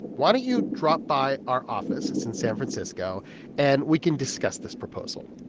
why don't you drop by our office it's in san francisco and we can discuss this proposal?